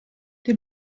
der